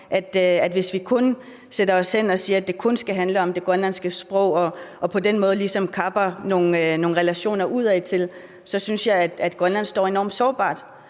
Hvis vi sætter os hen og siger, at det kun skal handle om det grønlandske sprog, og på den måde ligesom kapper nogle relationer udadtil, så synes jeg, at Grønland står enormt sårbart.